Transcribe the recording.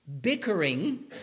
Bickering